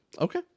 Okay